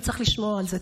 וצריך לשמור על זה.